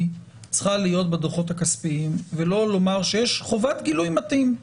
צריכה להיות בדוחות הכספיים ולא לומר שיש חובת גילוי מתאים.